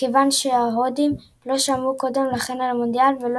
מכיוון שההודים לא שמעו קודם לכן על המונדיאל ולא